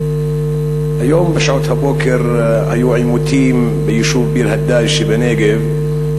היום בשעות הבוקר היו עימותים ביישוב ביר-הדאג' שבנגב,